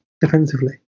defensively